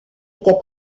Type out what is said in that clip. était